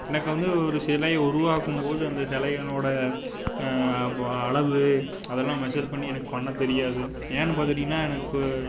எனக்கு வந்து ஒரு சிலை உருவாக்கும் போது அந்த சிலையனோட அப்போது அளவு அதெல்லாம் மெஷர் பண்ணி எனக்கு பண்ண தெரியாது ஏன்னு பார்த்துட்டீங்கன்னா எனக்கு